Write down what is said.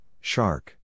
shark